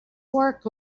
work